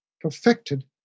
perfected